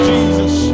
Jesus